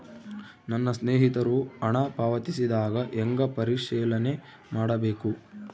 ನನ್ನ ಸ್ನೇಹಿತರು ಹಣ ಪಾವತಿಸಿದಾಗ ಹೆಂಗ ಪರಿಶೇಲನೆ ಮಾಡಬೇಕು?